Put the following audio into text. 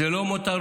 זה לא מותרות,